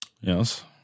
Yes